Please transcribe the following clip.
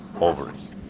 ovaries